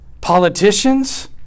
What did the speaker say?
politicians